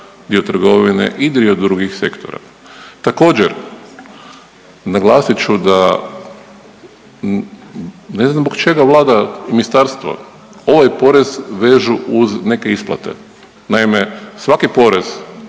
dio trgovine i dio drugih sektora. Također naglasit ću da ne znam zbog čega Vlada, ministarstvo ovaj porez vežu uz neke isplate. Naime, svaki porez